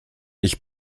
ich